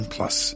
Plus